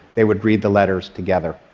they would read the letters together.